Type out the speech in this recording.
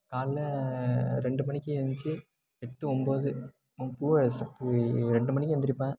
காலைல ரெண்டு மணிக்கு எந்திச்சி எட்டு ஒம்பது பூ பூ ரெண்டு மணிக்கு எந்திரிப்பேன்